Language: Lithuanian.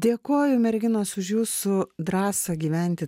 dėkoju merginos už jūsų drąsą gyventi